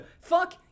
Fuck